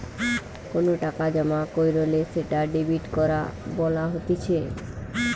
কোনো টাকা জমা কইরলে সেটা ডেবিট করা বলা হতিছে